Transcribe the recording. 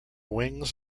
wings